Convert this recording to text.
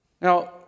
Now